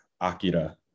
Akira